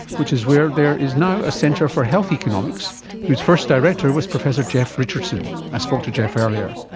which is where there is now a centre for health economics whose first director was professor jeff richardson. i spoke to jeff earlier.